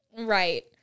right